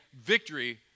victory